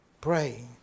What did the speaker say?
Pray